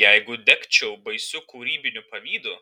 jeigu degčiau baisiu kūrybiniu pavydu